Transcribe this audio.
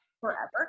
forever